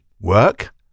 work